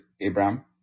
Abraham